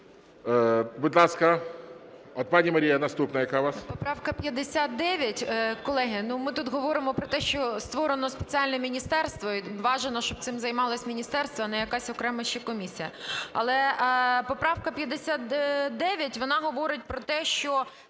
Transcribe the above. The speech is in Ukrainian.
Будь ласка, от, пані Марія, наступна яка у вас?